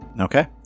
Okay